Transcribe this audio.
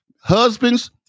Husbands